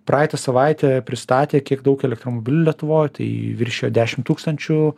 praeitą savaitę pristatė kiek daug elektromobilių lietuvoj tai viršijo dešimt tūkstančių